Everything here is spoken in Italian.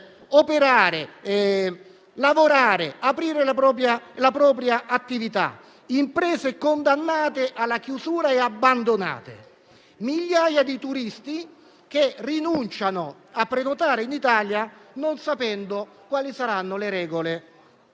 operare, lavorare e aprire la propria attività; le imprese sono condannate alla chiusura e abbandonate; migliaia di turisti rinunciano a prenotare in Italia, non sapendo quali saranno le regole